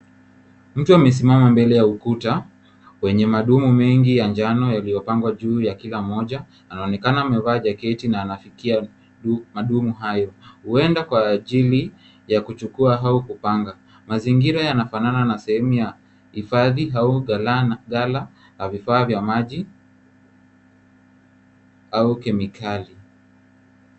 Mtu amesimama mbele ya ukuta wenye madomo mengi ya njano yaliyopangwa juu ya kila mmoja. Anaonekana amevaa jaketi na anafikia madomo hayo huenda kwa ajili ya kuchukua au kupanga. Mazingira yanafanana na sehemu ya hifadhi au ghala na vifaa vya maji au kemikali.